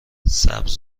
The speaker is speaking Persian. سبز